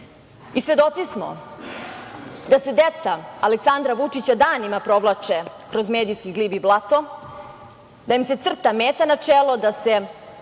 Svedoci smo da se deca Aleksandra Vučića danima provlače kroz medijski glib i blato, da im se crta meta na čelo, da se